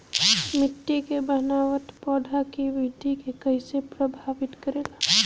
मिट्टी के बनावट पौधों की वृद्धि के कईसे प्रभावित करेला?